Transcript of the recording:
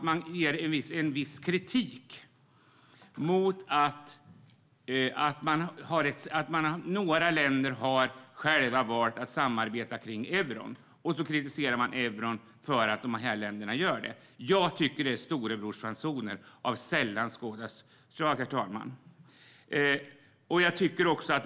Man är kritisk mot att några länder har valt att samarbeta med euroländerna, och man kritiserar euroländerna för att dessa länder gör det. Jag tycker att det är storebrorsfasoner av sällan skådat slag, herr talman.